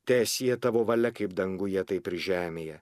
teesie tavo valia kaip danguje taip ir žemėje